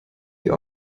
die